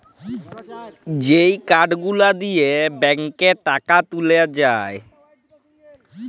যেই কার্ড গুলা দিয়ে ব্যাংকে টাকা তুলে যায়